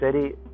city